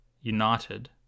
united